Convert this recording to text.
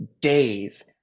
days